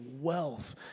wealth